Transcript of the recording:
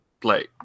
play